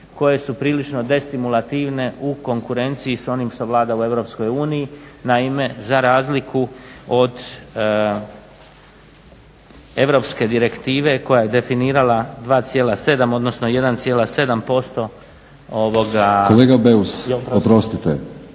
koje su prilično destimulativne u konkurenciji s onim što vlada u EU. Naime, za razliku od europske direktive koja je definirala 2,7 odnosno 1,7%. **Batinić, Milorad